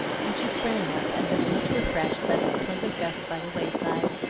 and she sprang up as if much refreshed by this pleasant rest by the way-side.